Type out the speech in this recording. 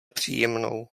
příjemnou